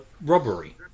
robbery